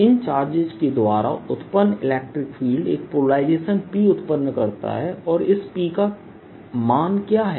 इन charges के द्वारा उत्पन्न इलेक्ट्रिक फील्ड एक पोलराइजेशन Pउत्पन्न करता है और इस P का मान क्या है